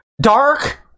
Dark